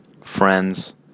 friends